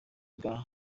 bwa